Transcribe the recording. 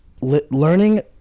learning